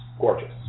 gorgeous